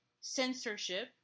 censorship